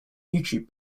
youtube